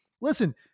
listen